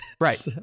right